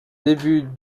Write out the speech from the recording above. début